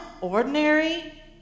ordinary